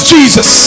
Jesus